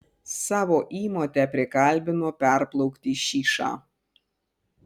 savo įmotę prikalbino perplaukti šyšą